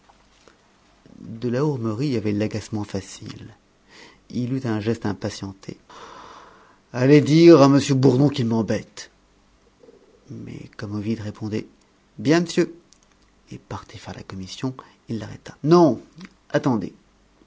de la hourmerie avait l'agacement facile il eut un geste impatienté allez dire à m bourdon qu'il m'embête mais comme ovide répondait bien m'sieu et partait faire la commission il l'arrêta non attendez